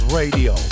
radio